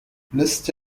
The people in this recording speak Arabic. لست